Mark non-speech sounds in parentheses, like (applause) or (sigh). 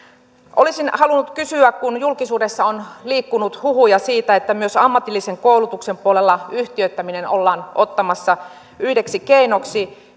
olisin halunnut kysyä kun julkisuudessa on liikkunut huhuja siitä että myös ammatillisen koulutuksen puolella yhtiöittäminen ollaan ottamassa yhdeksi keinoksi (unintelligible)